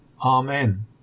Amen